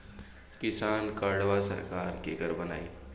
किसान कार्डवा सरकार केकर बनाई?